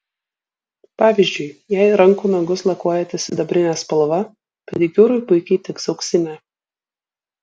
pavyzdžiui jei rankų nagus lakuojate sidabrine spalva pedikiūrui puikiai tiks auksinė